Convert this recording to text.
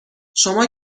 شما